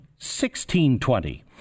1620